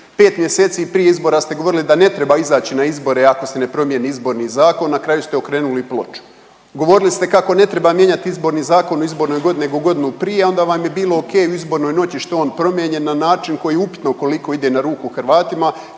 5 mjeseci prije izbora ste govorili da ne treba izaći na izbore ako se ne promjeni Izborni zakon, na kraju ste okrenuli ploču. Govorili ste kako ne treba mijenjati Izborni zakon u izbornoj godini nego godinu prije, a onda vam je bilo okej u izbornoj noći što je on promijenjen na način koji je upitno koliko ide na ruku Hrvatima,